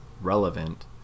relevant